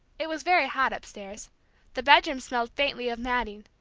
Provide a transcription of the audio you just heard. it was very hot upstairs the bedrooms smelled faintly of matting,